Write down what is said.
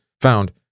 found